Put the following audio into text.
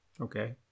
Okay